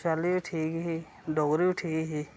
sociology बी ठीक ही डोगरी बी ठीक ही